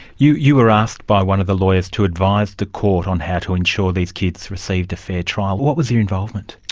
you you were asked by one of the lawyers to advise the court on how to ensure these kids received a fair trial. what was your involvement?